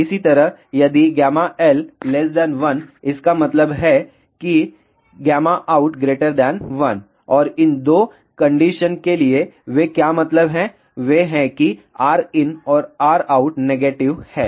इसी तरह यदि L 1 इसका मतलब है कि out 1 और इन दो कंडीशन के लिए वे क्या मतलब है वे है कि Rin और Rout नेगेटिव हैं